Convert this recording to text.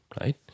Right